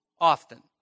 Often